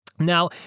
Now